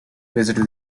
visited